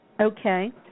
Okay